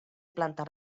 planta